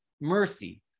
mercy